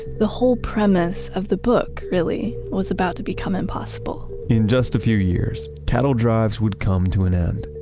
the whole premise of the book really was about to become impossible in just a few years, cattle drives would come to an end.